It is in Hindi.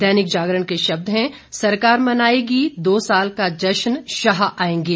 दैनिक जागरण के शब्द हैं सरकार आज मनाएगी दो साल का जश्न शाह आएंगे